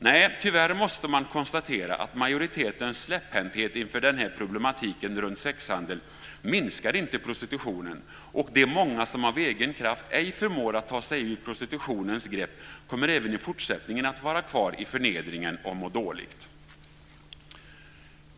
Nej, tyvärr måste man konstatera att majoritetens släpphänthet inför den här problematiken runt sexhandel inte minskar prostitutionen. De många som av egen kraft ej förmår att ta sig ur prostitutionens grepp kommer även i fortsättningen att vara kvar i förnedringen och må dåligt.